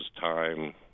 time